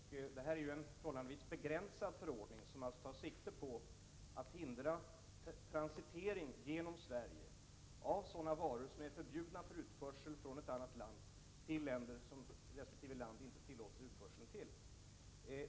Herr talman! Jag delar det synsätt som Björn Molin just har gett uttryck för. Det gäller nu en förhållandevis begränsad förordning som tar sikte på att hindra transitering genom Sverige av sådana varor som är förbjudna för utförsel från ett land till vissa andra länder.